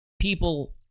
people